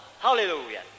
hallelujah